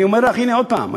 אני אומר לך עוד הפעם,